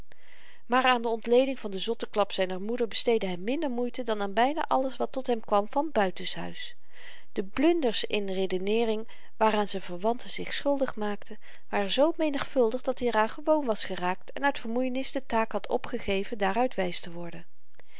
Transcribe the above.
maar aan de ontleding van den zotteklap zyner moeder besteedde hy minder moeite dan aan byna alles wat tot hem kwam van buitens'huis de blunders in redeneering waaraan z'n verwanten zich schuldig maakten waren zoo menigvuldig dat-i er aan gewoon was geraakt en uit vermoeienis de taak had opgegeven daaruit wys te worden